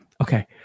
Okay